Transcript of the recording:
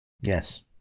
Yes